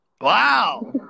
Wow